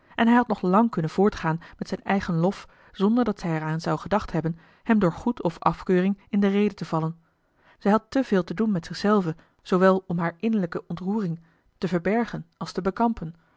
en hij had nog lang kunnen voortgaan met zijn eigen lof zonder dat zij er aan zou gedacht hebben hem door goed of afkeuring in de rede te vallen zij had te veel te doen met zich zelve zoowel om hare innerlijke ontroering te verbergen als te bekampen